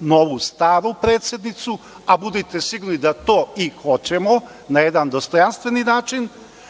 novu staru predsednicu, a budite sigurni da to i hoćemo na jedan dostojanstveni način.